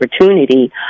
opportunity